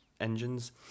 engines